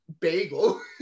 bagel